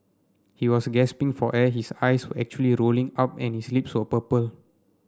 he was gasping for air his eyes were actually rolling up and his lips were purple